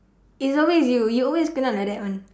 either way you you always kena like that [one]